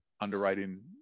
underwriting